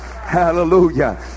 hallelujah